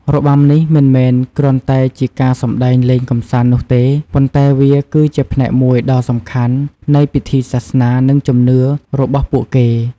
របាំនេះមិនមែនគ្រាន់តែជាការសម្តែងលេងកម្សាន្តនោះទេ ប៉ុន្តែវាគឺជាផ្នែកមួយដ៏សំខាន់នៃ ពិធីសាសនា និងជំនឿ របស់ពួកគេ។